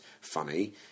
funny